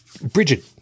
Bridget